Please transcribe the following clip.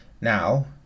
now